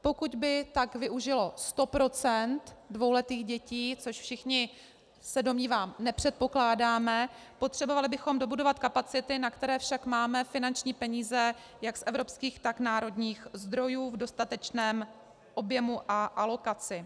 Pokud by tak využilo 100 % dvouletých dětí, což všichni, domnívám se, nepředpokládáme, potřebovali bychom dobudovat kapacity, na které však máme finanční peníze jak z evropských, tak národních zdrojů v dostatečném objemu a alokaci.